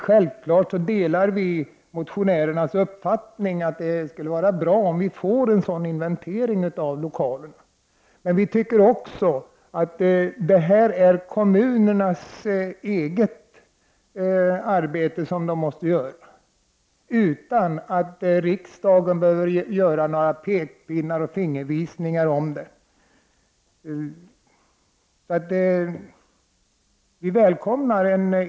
Självfallet delar vi motionärernas uppfattning att det skulle vara bra att få en sådan inventering, men vi tycker att detta är en uppgift för kommunerna, som de skall kunna utföra utan pekpinnar från riksdagen.